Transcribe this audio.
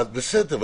בסדר.